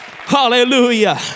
hallelujah